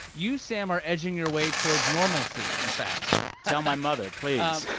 you, sam, are edging your way towards normalcy, in fact tell my mother, please